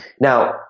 Now